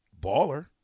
Baller